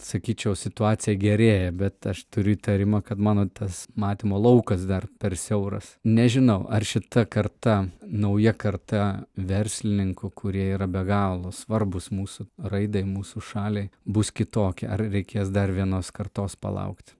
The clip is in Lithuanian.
sakyčiau situacija gerėja bet aš turiu įtarimą kad mano tas matymo laukas dar per siauras nežinau ar šita karta nauja karta verslininkų kurie yra be galo svarbūs mūsų raidai mūsų šaliai bus kitokia ar reikės dar vienos kartos palaukti